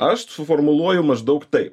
aš suformuluoju maždaug taip